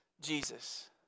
Jesus